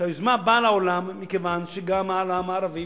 שהיוזמה באה לעולם מכיוון שגם העולם הערבי,